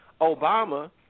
Obama